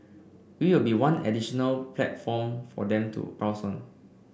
we will be one additional platform for them to browse on